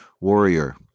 warrior